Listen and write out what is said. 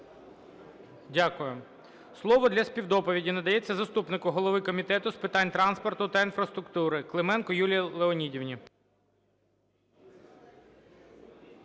Дякую. Слово для співдоповіді надається заступнику голови Комітету з питань транспорту та інфраструктури Клименко Юлії Леонідівні.